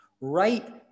Right